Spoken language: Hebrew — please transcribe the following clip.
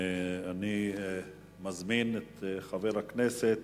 אני מזמין את חבר הכנסת